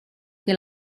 che